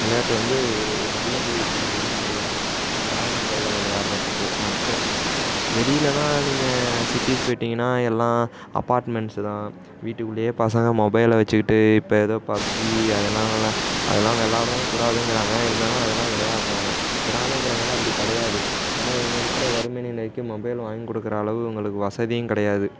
விளையாட்டு வந்து ஒரு நல்லது அப்படின்னு சொல்லலாம் கிராமங்களில் விளையாடுறதுக்கு மட்டும் வெளியிலலாம் நீங்கள் சிட்டீஸ் போய்ட்டீங்கன்னா எல்லா அப்பார்ட்மெண்ட்ஸு தான் வீட்டுக்குள்ளேயே பசங்க மொபைலை வெச்சுக்கிட்டு இப்போ ஏதோ பப்ஜி அதெல்லாம் அதெல்லாம் விளாடவும் கூடாதுங்கிறாங்க இருந்தாலும் அதெல்லாம் விளையாட்றாங்க கிராமப்புறங்கள்லாம் அப்படி கிடையாது ஏன்னா இவங்க இருக்கிற வறுமை நிலைக்கு மொபைல் வாங்கிக் கொடுக்கற அளவு இவங்களுக்கு வசதியும் கிடையாது